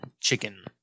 Chicken